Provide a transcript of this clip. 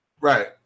Right